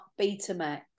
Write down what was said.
Betamax